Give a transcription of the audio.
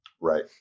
right